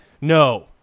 no